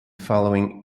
following